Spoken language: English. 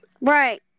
right